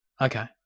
Okay